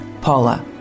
Paula